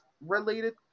related